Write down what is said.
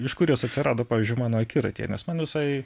iš kur jos atsirado pavyzdžiui mano akiratyje nes man visai